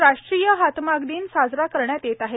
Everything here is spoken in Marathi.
आज राष्ट्रीय हातमाग दिन साजरा करण्यात येत आहे